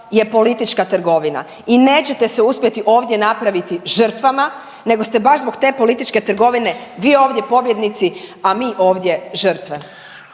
je politička trgovina i nećete se uspjeti ovdje napraviti žrtvama nego ste baš zbog te političke trgovine vi ovdje pobjednici, a mi ovdje žrtve.